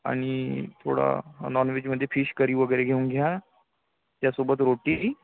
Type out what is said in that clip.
आणि थोडा नॉनव्हेजमध्ये फिश करी वगैरे घेऊन घ्या त्यासोबत रोटी